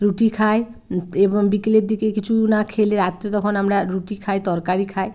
রুটি খাই এবং বিকেলের দিকে কিছু না খেলে রাত্রে তখন আমরা রুটি খাই তরকারি খাই